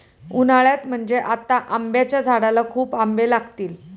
उन्हाळ्यात म्हणजे आता आंब्याच्या झाडाला खूप आंबे लागतील